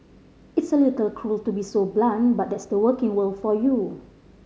it's a little cruel to be so blunt but that's the working world for you